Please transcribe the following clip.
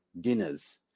dinners